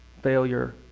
failure